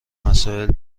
مسائل